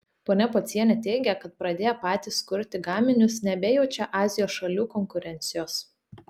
ponia pocienė teigia kad pradėję patys kurti gaminius nebejaučia azijos šalių konkurencijos